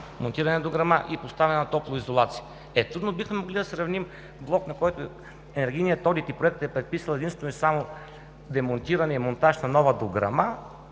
на дограма и топлоизолация. Трудно бихме могли да сравним блок, на който енергийният одит и проект е предписал единствено и само демонтиране и монтаж на нова дограма